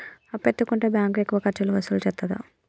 అప్పు ఎత్తుకుంటే బ్యాంకు ఎక్కువ ఖర్చులు వసూలు చేత్తదా?